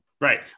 Right